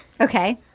Okay